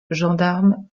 gendarme